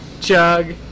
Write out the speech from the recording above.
Chug